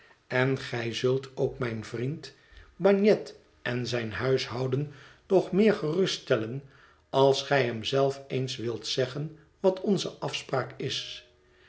en gij zult ook mijn vriend bagnet en zijn huishouden nog meer geruststellen als gij hem zelf eens wilt zeggen wat onze afspraak is